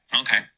okay